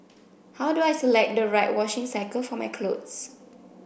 how do I select the right washing cycle for my clothes